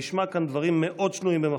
נשמע כאן דברים מאוד שנויים במחלוקת,